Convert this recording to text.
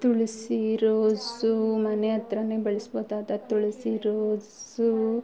ತುಳಸಿ rose ಮನೆ ಹತ್ರ ಬೆಳೆಸ್ಬೌದಾದ ತುಳಸಿ ರೋಸು